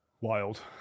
Wild